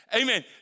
Amen